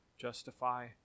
justify